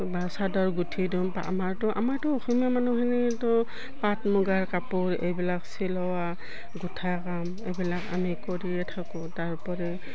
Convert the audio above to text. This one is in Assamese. বা চাদৰ গুঠি দিওঁ বা আমাৰতো আমাৰতো অসমীয়া মানুহখিনিতো পাট মুগাৰ কাপোৰ এইবিলাক চিলোৱা গোঁঠা কাম এইবিলাক আমি কৰিয়ে থাকোঁ তাৰোপৰি